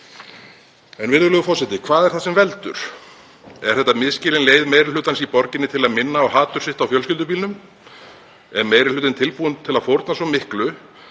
Virðulegur forseti. Hvað er það sem veldur? Er þetta misskilin leið meiri hlutans í borginni til að minna á hatur sitt á fjölskyldubílnum? Er meiri hlutinn tilbúinn til að fórna svo miklu